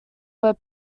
were